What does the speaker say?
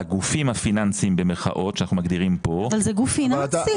הגופים הפיננסיים במירכאות שאנחנו מגדירים כאן --- אבל זה גוף פיננסי.